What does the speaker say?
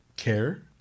Care